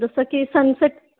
जसं की सनसेट